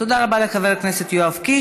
תודה רבה לחבר הכנסת יואב קיש.